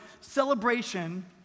celebration